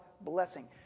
blessing